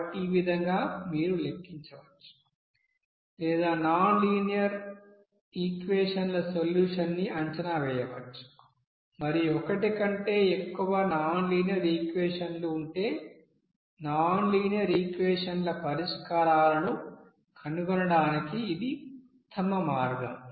కాబట్టి ఈ విధంగా మీరు లెక్కించవచ్చు లేదా నాన్ లీనియర్ ఈక్వెషన్ల సొల్యూషన్ ని అంచనా వేయవచ్చు మరియు ఒకటి కంటే ఎక్కువ నాన్ లీనియర్ ఈక్వెషన్లు ఉంటే నాన్ లీనియర్ ఈక్వెషన్ల పరిష్కారాలను కనుగొనడానికి ఇది ఉత్తమ మార్గం